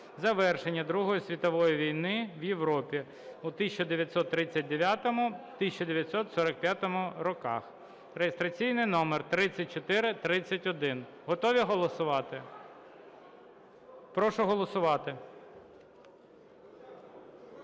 завершення Другої світової війни в Європі у 1939-1945 роках (реєстраційний номер 3431). Готові голосувати? Прошу голосувати.